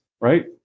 right